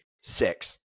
six